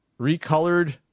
recolored